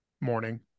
Morning